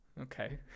Okay